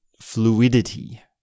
fluidity